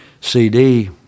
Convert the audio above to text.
CD